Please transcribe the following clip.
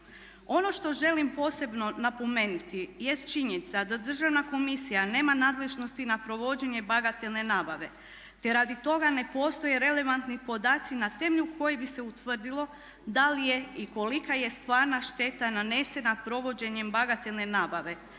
Ono što želim posebno napomenuti jest činjenica da državna komisija nema nadležnosti na provođenje bagatelne nabave, te radi toga ne postoje relevantni podaci na temelju kojih bi se utvrdilo da li je i kolika je stvarna šteta nanesena provođenjem bagatelne nabave,